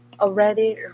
already